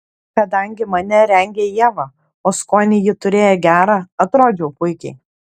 kadangi mane rengė ieva o skonį ji turėjo gerą atrodžiau puikiai